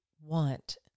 want